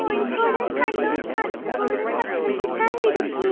Kozhikode Kannur Kasaragod Pathanamthitta Idukki